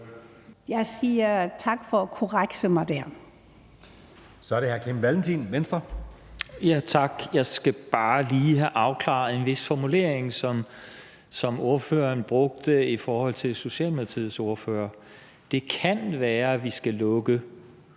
Så er det hr. Kim Valentin, Venstre. Kl. 13:50 Kim Valentin (V): Tak. Jeg skal bare lige have afklaret en vis formulering, som ordføreren brugte i forhold til Socialdemokratiets ordfører: Det kan være, at vi skal lukke